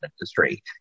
industry